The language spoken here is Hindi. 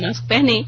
मास्क पहनें